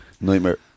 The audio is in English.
Nightmare